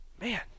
Man